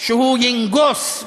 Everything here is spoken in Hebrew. שהוא ינגוס,